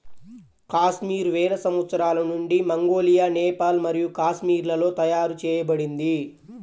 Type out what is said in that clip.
కాశ్మీర్ వేల సంవత్సరాల నుండి మంగోలియా, నేపాల్ మరియు కాశ్మీర్లలో తయారు చేయబడింది